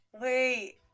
wait